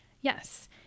Yes